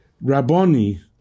Rabboni